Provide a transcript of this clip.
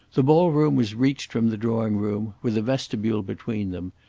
the ball-room was reached from the drawing-room, with a vestibule between them,